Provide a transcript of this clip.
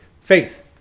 Faith